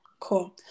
Cool